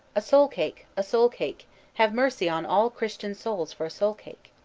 a soule-cake, a soule-cake have mercy on all christen souls for a soule-cake.